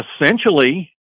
essentially